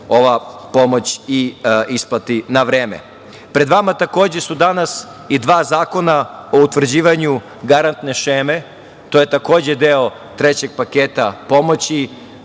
ova pomoć i isplati na vreme. Pred vama, takođe, su danas i dva zakona o utvrđivanju garantne šeme. To je, takođe deo trećeg paketa pomoći.